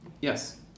yes